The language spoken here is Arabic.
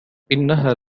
إنها